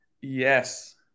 Yes